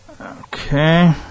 Okay